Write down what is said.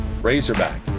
Razorback